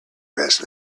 rest